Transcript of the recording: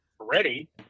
ready